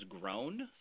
grown